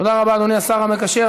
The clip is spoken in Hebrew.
תודה רבה, אדוני השר המקשר.